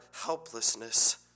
helplessness